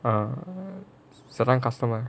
ah certain customise